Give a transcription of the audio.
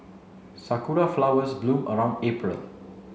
sakura flowers bloom around April